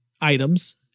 items